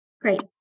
Great